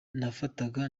nafataga